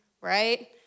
right